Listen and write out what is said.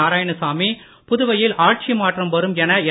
நாராயணசாமி புதுவையில் ஆட்சி மாற்றம் வரும் என என்